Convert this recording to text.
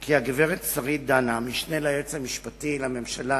כי הגברת שרית דנה, המשנה ליועץ המשפטי לממשלה,